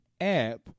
app